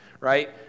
right